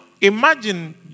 imagine